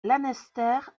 lanester